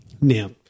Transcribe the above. now